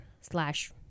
slash